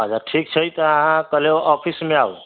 अच्छा ठीक छै तॅं अहाँ कल्हे ऑफिस मे आउ